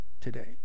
today